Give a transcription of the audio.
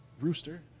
Rooster